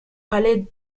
palais